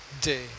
day